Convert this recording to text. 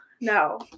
No